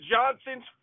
Johnsons